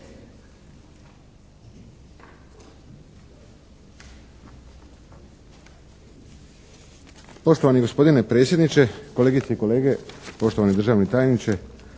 Hvala. Dame